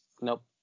Nope